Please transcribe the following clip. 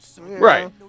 Right